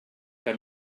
que